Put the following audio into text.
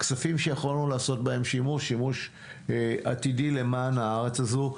אלו כספים שיכולנו לעשות בהם שימוש עתידי למען הארץ הזו.